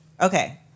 Okay